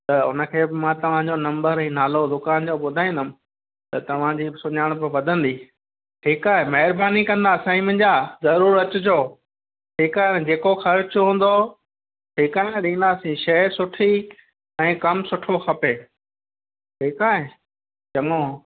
त उन खे मां तव्हां जो नम्बर ऐं नालो दुकान जो ॿुधाईंदुमि त तव्हां जी बि सुञाणपु वधंदी ठीकु आहे महिरबानी कंदा साईं मुंहिंजा ज़रूरु अचिजो ठीकु आहे न जेको ख़र्चु हूंदो ठीकु आहे न ॾींदासीं शइ सुठी ऐं कमु सुठो खपे ठीकु आहे चङो